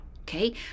Okay